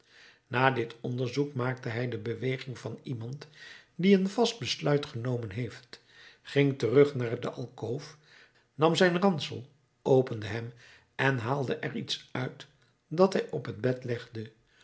na dit onderzoek maakte hij de beweging van iemand die een vast besluit genomen heeft ging terug naar de alkoof nam zijn ransel opende hem en haalde er iets uit dat hij op het bed legde